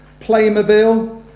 Playmobil